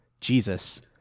Jesus